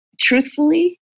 truthfully